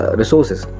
resources